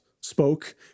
spoke